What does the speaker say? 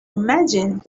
imagined